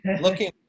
looking